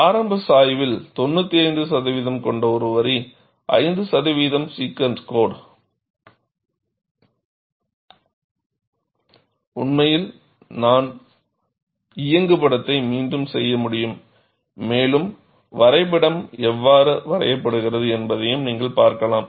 ஆரம்ப சாய்வில் 95 சதவிகிதம் கொண்ட ஒரு வரி 5 சதவிகிதம் சீகன்ட் கோட்டை உண்மையில் நான் இயங்குப்படத்தை மீண்டும் செய்ய முடியும் மேலும் வரைபடம் எவ்வாறு வரையப்படுகிறது என்பதை நீங்கள் பார்க்கலாம்